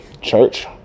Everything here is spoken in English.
Church